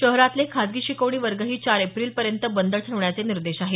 शहरातले खासगी शिकवणी वर्गही चार एप्रिलपर्यंत बंद ठेवण्याचे निर्देश आहेत